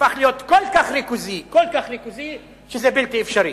הפך להיות כל כך ריכוזי שזה בלתי אפשרי.